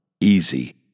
Easy